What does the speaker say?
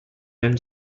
and